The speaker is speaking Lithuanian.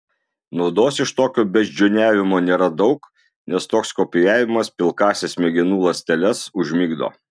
naudos iš tokio beždžioniavimo nėra daug nes toks kopijavimas pilkąsias smegenų ląsteles užmigdo